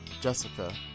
Jessica